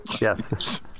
Yes